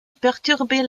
perturber